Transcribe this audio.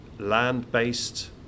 land-based